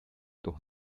doch